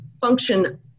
function